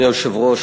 אדוני היושב-ראש,